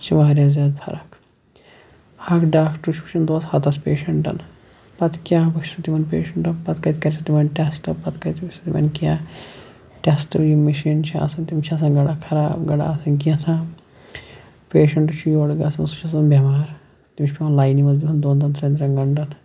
تَتھ چھِ واریاہ زیاد فَرَق اکھ ڈاکٹَر چھُ وٕچھان دۄہَس ہَتَس پیشَنٹَن پَتہٕ کیاہ وٕچھِ سُہ تِمَن پیشَنٹَن پَتہٕ کَتہِ کَرِ سُہ تِمَن ٹیٚسٹ پَتہٕ کَتہِ کینٛہہ ٹیٚسٹ یِم مِشیٖن چھِ آسان تِم چھِ آسان گَرا خَراب گَرا آسان کیاہ تام پیشَنٛٹ چھُ یورٕ گَژھان سُہ چھُ آسان بیٚمار تمِس چھُ پیٚوان لاینہِ مَنٛز بِہُن دۄن دۄن تریٚن تریٚن گَنٹَن